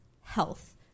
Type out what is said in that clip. health